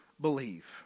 believe